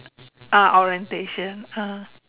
ah orientation ah